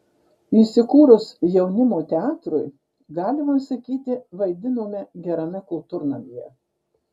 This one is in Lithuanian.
įsikūrus jaunimo teatrui galima sakyti vaidinome gerame kultūrnamyje